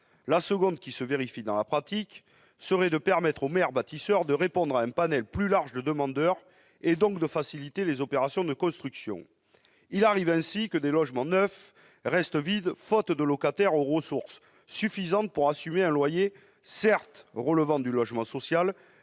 La deuxième, qui se vérifie dans la pratique, serait de permettre aux maires bâtisseurs de répondre à un panel plus large de demandeurs et, donc, de faciliter les opérations de construction. Il arrive que des logements neufs restent vides, faute de locataires aux ressources suffisantes pour assumer un loyer. Ces logements relèvent certes du logement social,